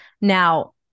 Now